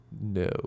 No